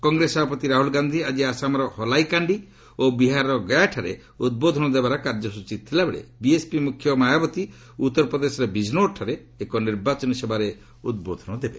କଂଗ୍ରେସ ସଭାପତି ରାହୁଲ ଗାନ୍ଧୀ ଆଜି ଆସାମର ହଲାଇକାଣ୍ଡି ଓ ବିହାରର ଗୟାଠାରେ ଉଦ୍ବୋଧନ ଦେବାର କାର୍ଯ୍ୟସ୍ତଚୀ ଥିବା ବେଳେ ବିଏସ୍ପି ମୁଖ୍ୟ ମାୟାବତୀ ଉତ୍ତରପ୍ରଦେଶର ବିଜ୍ନୋରଠାରେ ଏକ ନିର୍ବାଚନୀ ସଭାରେ ଉଦ୍ବୋଧନ ଦେବେ